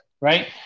right